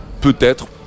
peut-être